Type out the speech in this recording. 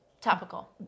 Topical